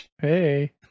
hey